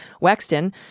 Wexton